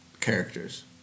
characters